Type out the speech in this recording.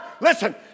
listen